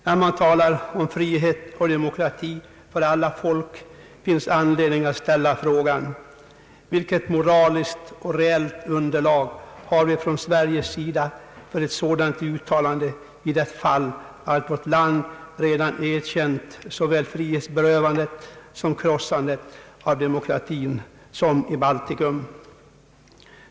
När man talar om frihet och demokrati för alla folk, finns anledning att ställa frågan: Vilket moraliskt och reellt underlag har vi från Sveriges sida för ett sådant uttalande i det fall att vårt land redan erkänt såväl det frihetsberövande som det krossande av demokratin som skett när det gäller Baltikum?